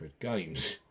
Games